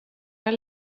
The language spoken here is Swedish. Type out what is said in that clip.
var